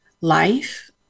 life